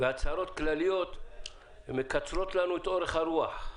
והצהרות כלליות מקצרות לנו את אורך הרוח.